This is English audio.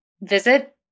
visit